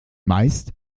meist